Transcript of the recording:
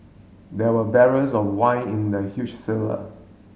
there were barrels of wine in the huge cellar